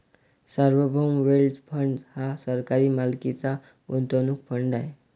सार्वभौम wealth fund हा सरकारी मालकीचा गुंतवणूक फंड आहे